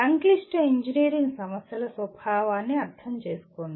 సంక్లిష్ట ఇంజనీరింగ్ సమస్యల స్వభావాన్ని అర్థం చేసుకోండి